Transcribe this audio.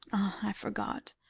i forgot.